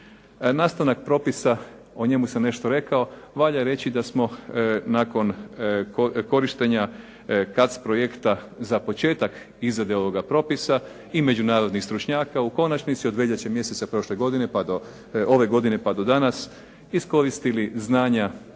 Nastanak propisa. O njemu sam nešto rekao. Valja reći da smo nakon korištenja CARDS projekta za početak izrade ovoga propisa i međunarodnih stručnjaka u konačnici od veljače mjeseca prošle godine pa do ove godine pa do danas iskoristili znanja naših